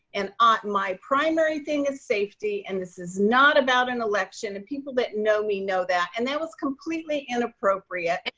and um my primary thing is safety and this is not about an election and people that know me know that, and that was completely inappropriate.